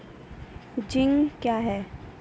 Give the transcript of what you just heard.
Zinc क्या हैं?